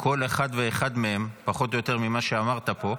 כל אחד ואחד מהם, פחות או יותר, ממה שאמרת פה,